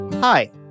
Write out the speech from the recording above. Hi